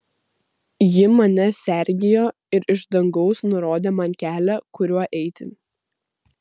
ji mane sergėjo ir iš dangaus nurodė man kelią kuriuo eiti